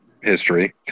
history